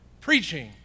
preaching